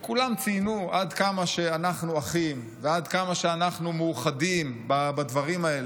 וכולם ציינו עד כמה אנחנו אחים ועד כמה אנחנו מאוחדים בדברים האלה.